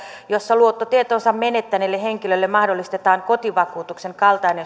jossa luottotietonsa menettäneelle henkilölle mahdollistetaan kotivakuutuksen kaltainen